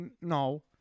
no